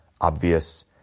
Obvious